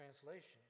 Translations